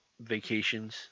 vacations